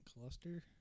cluster